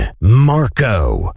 Marco